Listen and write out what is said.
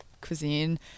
cuisine